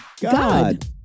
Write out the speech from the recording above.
God